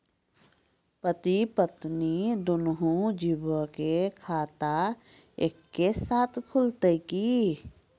पति पत्नी दुनहु जीबो के खाता एक्के साथै खुलते की?